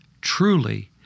truly